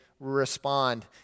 Respond